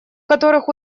которых